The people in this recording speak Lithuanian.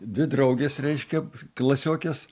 dvi draugės reiškia klasiokės